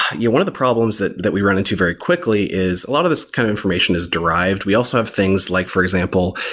yeah one of the problems that that we run into very quickly is a lot of this kind of information is derived. we also have things like, for example,